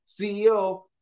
CEO